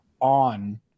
on